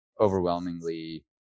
overwhelmingly